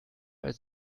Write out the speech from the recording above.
als